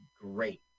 great